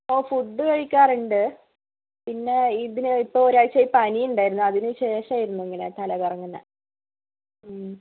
ഓ food കഴിക്കാറുണ്ട് പിന്നെ ഇതിന് ഇപ്പോൾ ഒരാഴ്ച്ചയായി പനി ഉണ്ടായിരുന്നു അതിന് ശേഷമായിരുന്നു ഇങ്ങനെ തല കറങ്ങുന്നത്